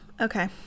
okay